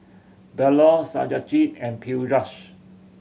Bellur Satyajit and Peyush